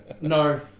no